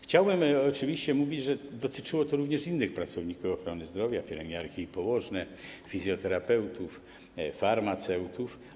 Chciałbym oczywiście powiedzieć, że dotyczyło to również innych pracowników ochrony zdrowia - pielęgniarek i położnych, fizjoterapeutów, farmaceutów.